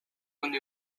und